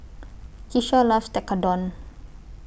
Kisha loves Tekkadon